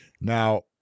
now